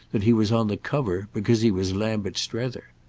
that he was on the cover because he was lambert strether.